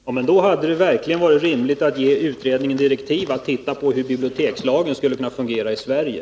Herr talman! I så fall hade det verkligen varit rimligt att ge utredningen direktiv om att studera hur en bibliotekslag skulle kunna fungera i Sverige.